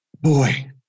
boy